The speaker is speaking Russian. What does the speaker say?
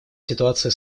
ситуации